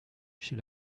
she